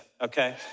Okay